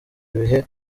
bihe